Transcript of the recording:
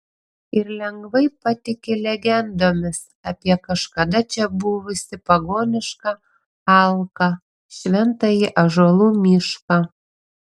ir lengvai patiki legendomis apie kažkada čia buvusį pagonišką alką šventąjį ąžuolų mišką